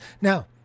Now